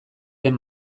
den